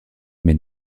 mais